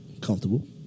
comfortable